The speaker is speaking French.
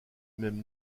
même